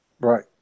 Right